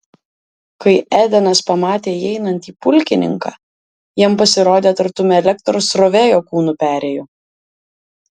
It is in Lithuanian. kai edenas pamatė įeinantį pulkininką jam pasirodė tartum elektros srovė jo kūnu perėjo